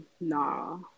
nah